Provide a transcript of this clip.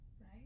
right